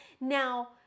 now